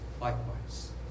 likewise